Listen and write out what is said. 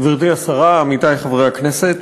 תודה, גברתי השרה, עמיתי חברי הכנסת,